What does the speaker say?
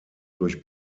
durch